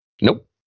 Nope